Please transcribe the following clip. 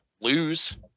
lose